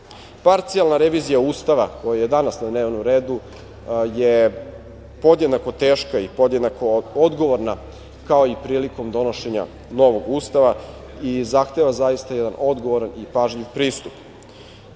reagujemo. Parcijalna revizija Ustava, koja je danas na dnevnom redu, je podjednako teška i podjednako odgovorna kao i prilikom donošenjem novog Ustava i zahteva zaista odgovoran i pažljiv pristup. Predlog